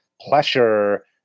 pleasure